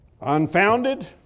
unfounded